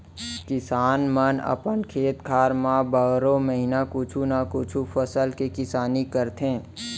किसान मन अपन खेत खार म बारो महिना कुछु न कुछु फसल के किसानी करथे